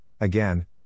again